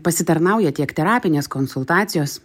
pasitarnauja tiek terapinės konsultacijos